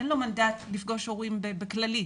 אין לו מנדט לפגוש הורים בכללי.